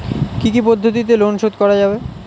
কি কি পদ্ধতিতে লোন শোধ করা যাবে?